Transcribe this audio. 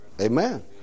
Amen